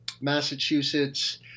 Massachusetts